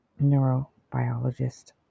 neurobiologist